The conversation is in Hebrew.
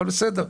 אבל בסדר,